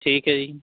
ਠੀਕ ਹੈ ਜੀ